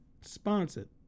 sponsored